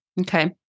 Okay